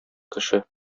кеше